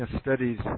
studies